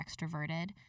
extroverted